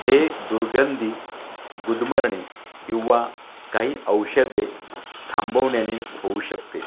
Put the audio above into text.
हे दुर्गंधी गुदमरणे किंवा काही औषधे थांबवण्याने होऊ शकते